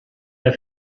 der